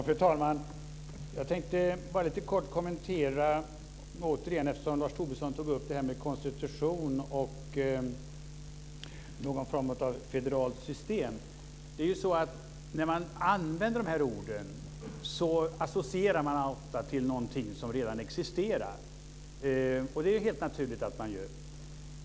Fru talman! Jag tänkte bara lite kort kommentera det som Lars Tobisson tog upp om detta med konstitution och någon form av federalt system. När man använder de här orden associerar man ofta till någonting som redan existerar, och det är helt naturligt att man gör.